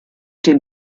den